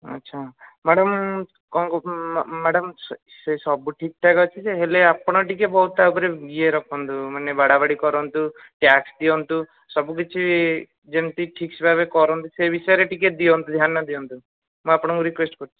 ଆଛା ମ୍ୟାଡ଼ାମ୍ କ'ଣ କହୁଥିଲି ମ୍ୟାଡ଼ାମ୍ ସେ ସବୁ ଠିକ୍ ଠାକ୍ ଅଛି ଯେ ହେଲେ ଆପଣ ଟିକେ ବହୁତ ତା ଉପରେ ଇଏ ରଖନ୍ତୁ ମାନେ ବାଡ଼ବାଡ଼ି କରନ୍ତୁ ଟ୍ୟାସ୍କ୍ ଦିଅନ୍ତୁ ସବୁକିଛି ଯେମତି ଠିକ୍ ଭାବରେ ସେ ବିଷୟରେ ଦିଅନ୍ତୁ ଟିକେ ଧ୍ୟାନ ଦିଅନ୍ତୁ ମୁଁ ଆପଣଙ୍କୁ ରିକ୍ୱେଷ୍ଟ୍ କରୁଛି